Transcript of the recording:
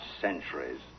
centuries